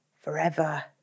forever